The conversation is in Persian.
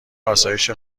آسایش